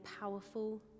powerful